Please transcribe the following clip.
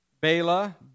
Bala